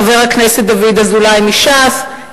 חבר הכנסת דוד אזולאי מש"ס,